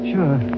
Sure